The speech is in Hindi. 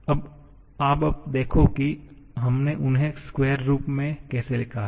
आप बस देखो कि हमने उन्हें स्केवेर रूप में कैसे लिखा है